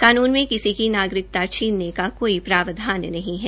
कानून में किसी की नागरिकता छीनने का कोई प्रावधान नहीं है